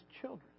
children